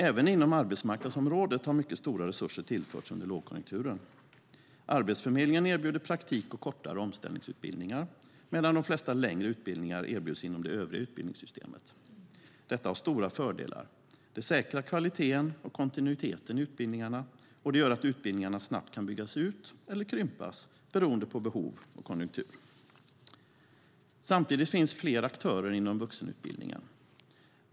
Även inom arbetsmarknadsområdet har mycket stora resurser tillförts under lågkonjunkturen. Arbetsförmedlingen erbjuder praktik och kortare omställningsutbildningar, medan de flesta längre utbildningar erbjuds inom det övriga utbildningssystemet. Detta har stora fördelar. Det säkrar kvaliteten och kontinuiteten i utbildningarna, och det gör att utbildningarna snabbt kan byggas ut eller krympas beroende på behov och konjunktur. Samtidigt finns fler aktörer inom vuxenutbildningen.